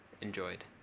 enjoyed